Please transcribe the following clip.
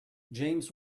james